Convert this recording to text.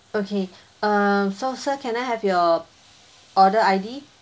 okay err so sir can I have your order I_D